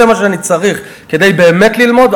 זה מה שאני צריך כדי באמת ללמוד.